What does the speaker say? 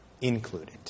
included